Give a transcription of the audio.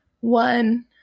one